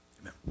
Amen